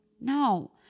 No